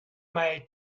may